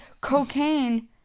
cocaine